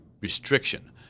restriction